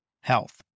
health